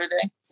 today